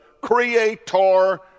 creator